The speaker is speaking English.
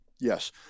Yes